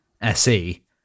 SE